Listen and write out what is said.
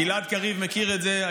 גלעד קריב מכיר את זה.